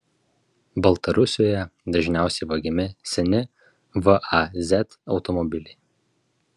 baltarusijoje dažniausiai vagiami seni vaz automobiliai